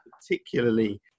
particularly